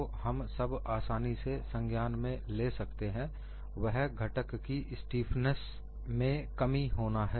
एक सामान्य एवं स्पष्ट परिवर्तन जो हम सब आसानी से संज्ञान में ले सकते हैं वह घटक की स्टीफनेस में कमी होना है